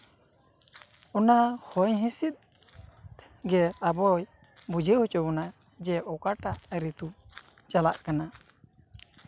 ᱚᱱᱟ ᱦᱚᱸᱭ ᱦᱤᱸᱥᱤᱫ ᱜᱮ ᱟᱵᱚ ᱫᱚᱭ ᱵᱩᱡᱷᱟᱹᱣ ᱦᱚᱪᱚ ᱵᱚᱱᱟᱭ ᱡᱮ ᱚᱠᱟᱴᱟᱜ ᱨᱤᱛᱩ ᱪᱟᱞᱟᱜ ᱠᱟᱱᱟ